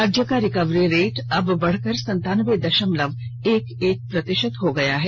राज्य का recovery rate अब बढ़कर संतानबे दशमलव एक एक प्रतिशत हो गयी है